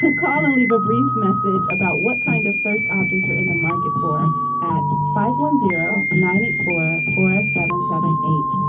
call and leave a brief message about what kind of first object you're in the market for at five one zero nine eight four four seven seven eight,